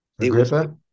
Agrippa